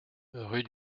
rue